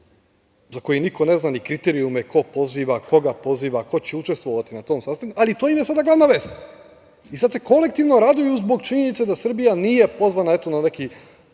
za koji niko ne zna ni kriterijume ko poziva, koga poziva, ko će učestvovati na tom sastanku, ali im je to sada glavna vest. Sada se kolektivno raduju zbog činjenice da Srbija nije pozvana na neki